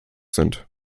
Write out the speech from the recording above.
sind